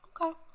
Okay